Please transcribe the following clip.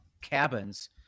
cabins